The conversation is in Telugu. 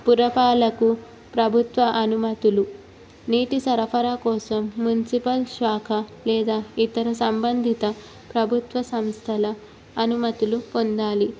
పురపాలకు ప్రభుత్వ అనుమతులు నీటి సరఫరా కోసం మున్సిపల్ శాఖ లేదా ఇతర సంబంధిత ప్రభుత్వ సంస్థల అనుమతులు పొందాలి